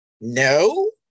No